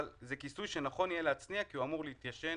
שזה כיסוי שנכון יהיה להצניע כי הוא אמור להתיישן